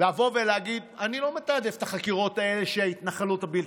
לבוא ולהגיד: אני לא מתעדף את החקירות האלה של ההתנחלות הבלתי-חוקית,